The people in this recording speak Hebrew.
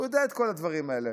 הוא יודע את כל הדברים האלה,